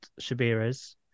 shabira's